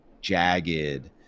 jagged